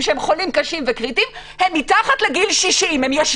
ואחר כך זה היה מרוח על כל הרשת.